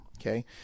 Okay